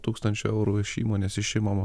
tūkstančioų eurų iš įmonės išimamą